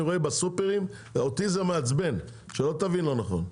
רואה בסופרים אותי זה מעצבן שלא תבין לא נכון.